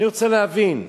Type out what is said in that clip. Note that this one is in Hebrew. אני רוצה להבין מדוע,